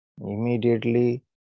Immediately